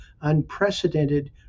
unprecedented